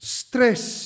stress